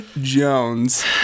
Jones